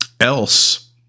else